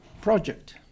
project